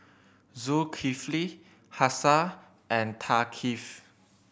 Zulkifli Hafsa and Thaqif